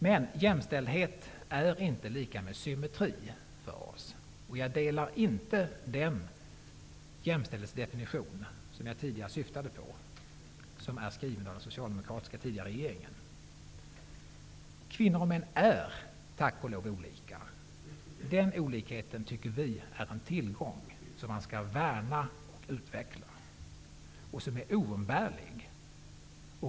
Men jämställdhet är inte lika med symmetri för oss. Jag delar inte den jämställdhetsdefinition som jag tidigare nämnde. Den är skriven av den tidigare socialdemokratiska regeringen. Kvinnor och män är tack och lov olika. Den olikheten tycker vi är en tillgång som man skall värna och utveckla. Den är oumbärlig.